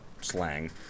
slang